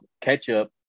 ketchup